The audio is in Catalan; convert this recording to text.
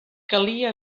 calia